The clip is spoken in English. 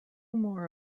more